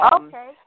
Okay